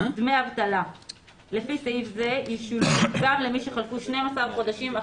דמי אבטלה לפי סעיף זה ישולמו גם למי שחלפו 12 חודשים,